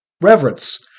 reverence